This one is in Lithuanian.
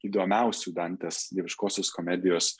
įdomiausių dantės dieviškosios komedijos